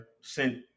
sent